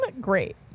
Great